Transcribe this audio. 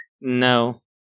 No